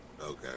Okay